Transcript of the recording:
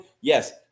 Yes